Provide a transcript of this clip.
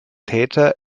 täter